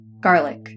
garlic